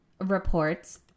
reports